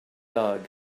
dug